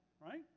Right